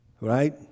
Right